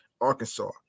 Arkansas